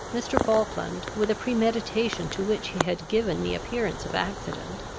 mr. falkland, with a premeditation to which he had given the appearance of accident,